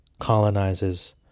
colonizes